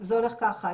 זה הולך ככה,